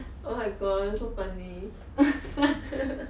oh my god so funny